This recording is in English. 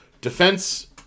defense